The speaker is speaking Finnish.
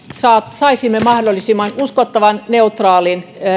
saisimme mahdollisimman uskottavan neutraalin